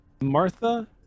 Martha